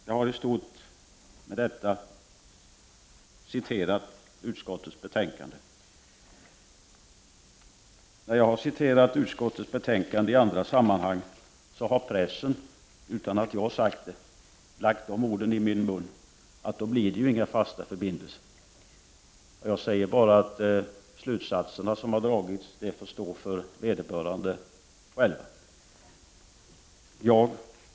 Jag har i stort citerat utskottets betänkande. När jag har citerat utskottet i andra sammanhang har pressen lagt de orden i min mun, att det inte blir några fasta förbindelser, utan att jag har sagt det. Jag säger bara att de slutsatser som har dragits får stå för vederbörande själv.